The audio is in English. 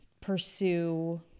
pursue